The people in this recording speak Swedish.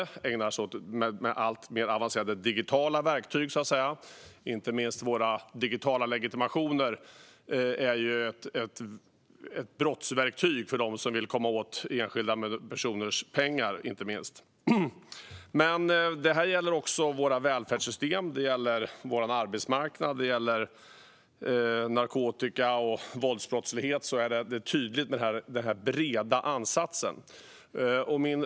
De använder sig av alltmer avancerade digitala verktyg. Inte minst våra digitala legitimationer är ett brottsverktyg för dem som vill komma åt enskilda personers pengar. Detta gäller också våra välfärdssystem, vår arbetsmarknad samt narkotika och våldsbrottslighet. Den breda ansatsen är tydlig.